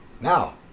Now